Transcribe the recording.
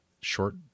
short